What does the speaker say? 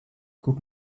guck